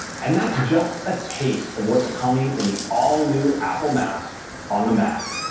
and that's just a taste of what's coming in the all-new apple maps on the mac.